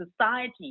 society